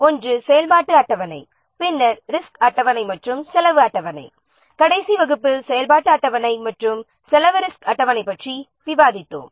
ஒன்று செயல்பாட்டு அட்டவணை பின்னர் ரிஸ்க் அட்டவணை மற்றும் செலவு அட்டவணை கடைசி வகுப்பில் செயல்பாட்டு அட்டவணைசெலவு அட்டவணை மற்றும் ரிஸ்க் அட்டவணை பற்றி விவாதித்தோம்